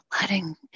letting